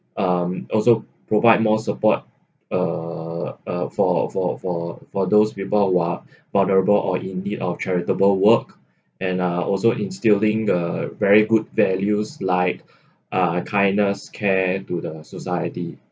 um also provide more support uh uh for for for for those people who are vulnerable or indeed of charitable work and uh also instilling the very good values like uh kindness care to the society